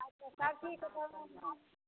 अच्छा सर्दी तऽ कोनो कम